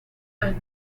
and